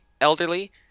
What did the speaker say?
elderly